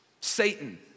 Satan